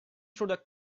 through